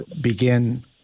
begin